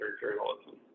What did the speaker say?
journalism